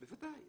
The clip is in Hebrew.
בוודאי.